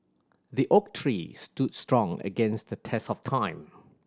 the oak tree stood strong against the test of time